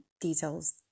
details